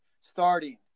starting